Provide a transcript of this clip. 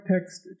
Text